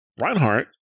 Reinhardt